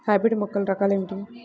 Hybrid మొక్కల రకాలు ఏమిటీ?